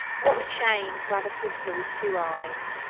what a shame to have a sister with two eyes!